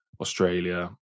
Australia